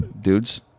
dudes